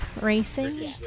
Racing